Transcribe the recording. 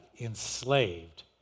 enslaved